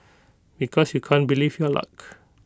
because you can't believe your luck